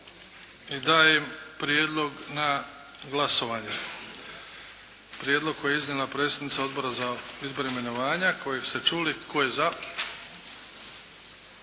Dajem prijedlog na glasovanje, prijedlog koji je iznijela predsjednica Odbora za izbor i imenovanja koji ste čuli. Tko je za?